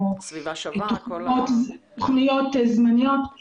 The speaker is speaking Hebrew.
תכניות זמניות,